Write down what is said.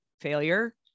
failure